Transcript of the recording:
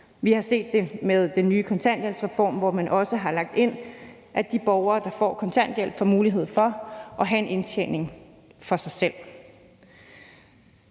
Vi har set det med den nye kontanthjælpsreform, hvor man også har lagt ind, at de borgere, der får kontanthjælp, får mulighed for at have en indtjening for sig selv.